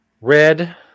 Red